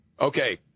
okay